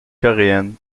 coréenne